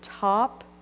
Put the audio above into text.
top